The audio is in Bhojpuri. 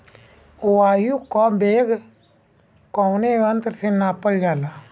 वायु क वेग कवने यंत्र से नापल जाला?